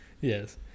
Yes